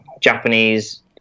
Japanese